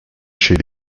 chez